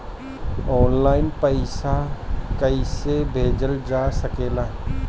आन line पईसा कईसे भेजल जा सेकला?